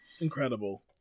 Incredible